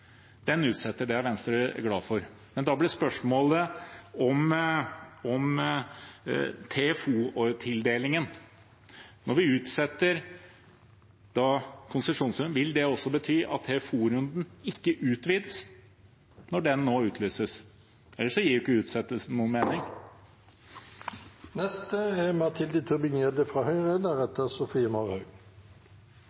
Den utsettes, og det er Venstre glad for, men da blir spørsmålet om TFO-tildelingen: Når vi utsetter konsesjonsrunden, vil det også bety at TFO-runden ikke utvides, når den nå utlyses? Ellers gir ikke utsettelsen noen mening. Jeg tror det er